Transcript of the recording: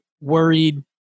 worried